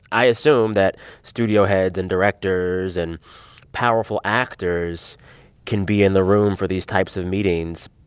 i assume that studio heads and directors and powerful actors can be in the room for these types of meetings,